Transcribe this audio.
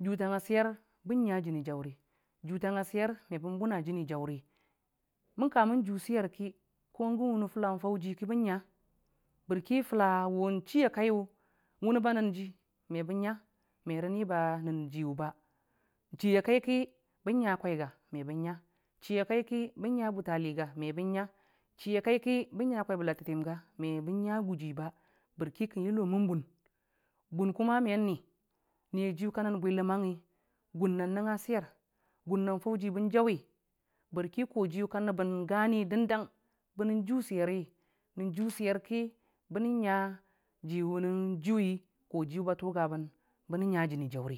jutangng a swer bən nga jəni jauri, jutang a swe mebən bʊna jəni jauri mən ka mən jurə swerki ko gən wune fula fan ji ki bən nga bərki fula wʊ chi a kaiyu wʊnə ba nən jəni jauri' mebən nga jəni jauri merəni bə nən jəni jauriyʊ ba chi a kaiki bən nya kwai ga me bən nya chi a kaiki bən nga butali ga mebən nya chi' a kai ki bən nga kwai bə latətiyəm ga mebən nga guji ba bərki kən yulo mən bun, bun men ni niyajiyʊ ka nən bwiləmangngi gʊn nən nəngnga swer gun nan fau ji bən jauwi bərki kojiyu ka nəbən gani dəndang dəndang bənə ju sweri nən ju swer ki bənən nga ji nən jʊwi kojiyʊ ba tʊgabən nga jəni jauri.